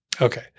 Okay